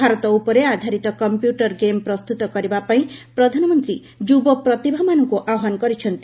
ଭାରତ ଉପରେ ଆଧାରିତ computer game ପ୍ରସ୍ତୁତ କରିବା ପାଇଁ ପ୍ରଧାନମନ୍ତ୍ରୀ ଯୁବ ପ୍ରତିଭାମାନଙ୍କୁ ଆହ୍ୱାନ କରିଛନ୍ତି